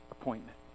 appointment